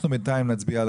אנחנו בינתיים נצביע על